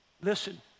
Listen